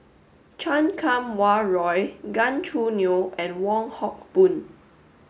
Chan Kum Wah Roy Gan Choo Neo and Wong Hock Boon